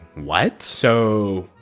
what? so.